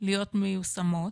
להיות מיושמות